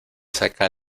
saca